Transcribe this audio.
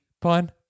pun